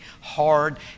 hard